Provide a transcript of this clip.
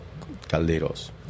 calderos